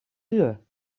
uur